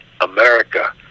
America